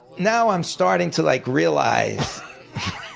now i'm starting to like realize,